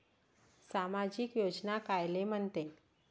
सामाजिक योजना कायले म्हंते?